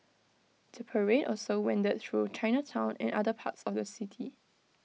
the parade also wended through Chinatown and other parts of the city